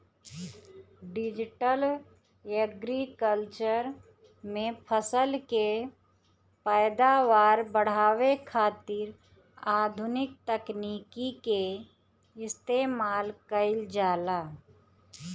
digital agriculture में फसल के पैदावार बढ़ावे खातिर आधुनिक तकनीकी के इस्तेमाल कईल जाला